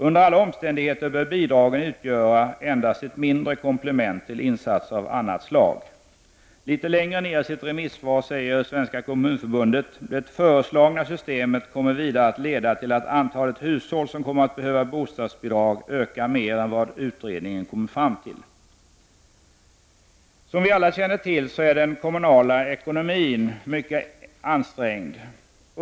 Under alla omständigheter bör bidragen utgöra endast ett mindre komplement till insatser av annat slag.” Litet längre ned i sitt remissvar säger Svenska kommunförbundet: ”Det föreslagna systemet kommer vidare att leda till att antalet hushåll som kommer att behöva bostadsbidrag ökar mer än vad utredningen kommit fram till.” Som vi alla känner till är den kommunala ekonomin mycket ansträngd.